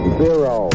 zero